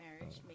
marriage